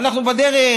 אנחנו בדרך,